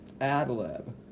ad-lib